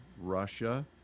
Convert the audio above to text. Russia